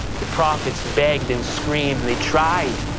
the prophets begged and screamed, they tried.